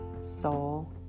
soul